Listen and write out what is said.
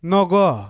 Nogo